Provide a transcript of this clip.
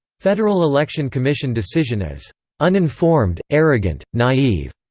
federal election commission decision as uninformed, arrogant, naive,